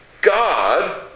God